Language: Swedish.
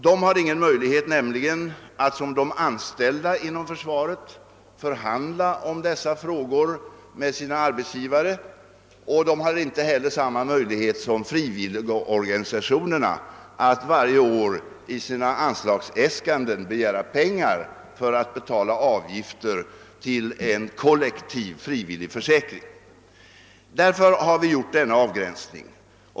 De har nämligen ingen möjlighet att i likhet med de anställda inom försvaret förhandla med sina arbetsgivare om dessa frågor, och de har inte heller samma möjligheter som frivilligorganisationerna att varje år i sina anslagsäskanden begära pengar för att betala avgiften till en kollektiv frivilligförsäkring. Därför har vi gjort denna avgränsning.